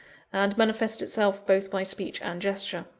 and manifests itself both by speech and gesture.